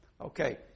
Okay